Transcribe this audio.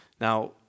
Now